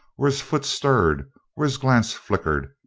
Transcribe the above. or his foot stirred, or his glance flickered,